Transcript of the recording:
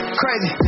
crazy